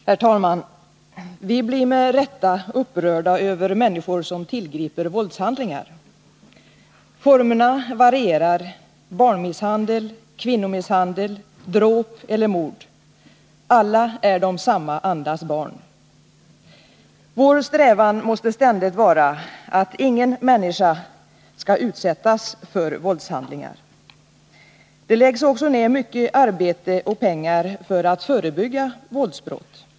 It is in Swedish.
Herr talman! Vi blir med rätta upprörda över människor som tillgriper våldshandlingar. Formerna varierar — barnmisshandel, kvinnomisshandel, dråp eller mord — men alla är de samma andas barn. Vår strävan måste ständigt vara att ingen människa skall utsättas för våldshandlingar. Det läggs också ned mycket arbete och pengar för att förebygga våldsbrott.